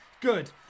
Good